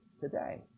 today